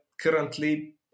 currently